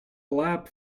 lab